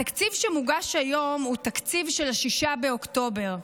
התקציב שמוגש היום הוא תקציב של 6 באוקטובר,